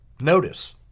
Notice